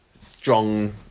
strong